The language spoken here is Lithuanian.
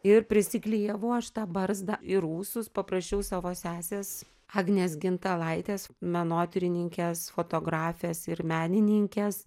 ir prisiklijavau aš tą barzdą ir ūsus paprašiau savo sesės agnės gintalaitės menotyrininkės fotografės ir menininkės